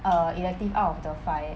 err elective out of the five